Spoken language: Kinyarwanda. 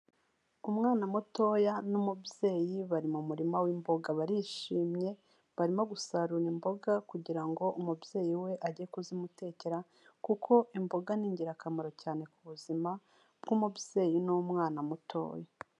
Umwana mutoya n'umubyeyi bari mu murima w'imboga, barishimye barimo gusarura imboga kugira ngo umubyeyi we ajye kuzimutekera kuko imboga ni ingirakamaro cyane ku buzima bw'umubyeyi n'umwana mutoya.